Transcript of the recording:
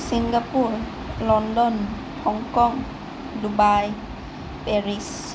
Singapore London Hong Kong Dubai Paris